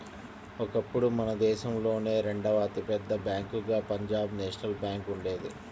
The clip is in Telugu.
ఒకప్పుడు మన దేశంలోనే రెండవ అతి పెద్ద బ్యేంకుగా పంజాబ్ నేషనల్ బ్యేంకు ఉండేది